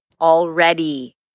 already